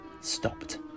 stopped